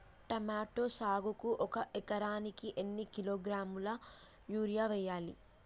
Tomato సాగుకు ఒక ఎకరానికి ఎన్ని కిలోగ్రాముల యూరియా వెయ్యాలి?